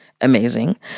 amazing